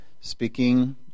speaking